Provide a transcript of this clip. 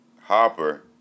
Hopper